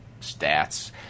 stats